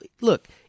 look